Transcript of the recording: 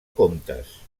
comptes